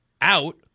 out